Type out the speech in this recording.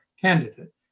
candidate